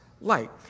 light